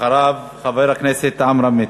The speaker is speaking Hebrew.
אחריו, חבר הכנסת עמרם מצנע,